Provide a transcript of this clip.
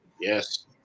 Yes